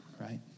right